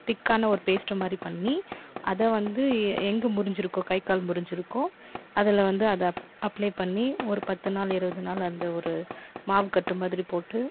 திக்கான ஒரு பேஸ்ட் மாதிரி பண்ணி அதை வந்து எங் எங்கே முறிஞ்சுருக்கோ கை கால் முறிஞ்சுருக்கோ அதில் வந்து அதை அப்லே பண்ணி ஒரு பத்து நாள் இருபது நாள் அந்த ஒரு மாவு கட்டு மாதிரி போட்டு